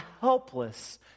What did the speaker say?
helpless